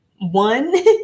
One